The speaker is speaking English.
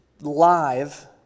live